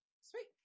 Sweet